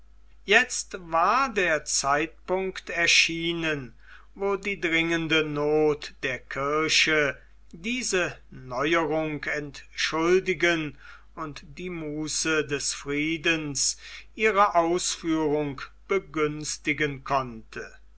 jetzt war der zeitpunkt erschienen wo die dringende noth der kirche diese neuerung entschuldigen und die muße des friedens ihre ausführung begünstigen konnte